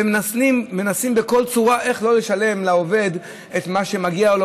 ומנסים בכל צורה לא לשלם לעובד את מה שמגיע לו,